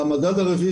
המדד הרביעי,